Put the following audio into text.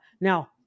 Now